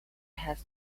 has